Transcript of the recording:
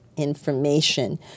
information